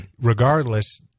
regardless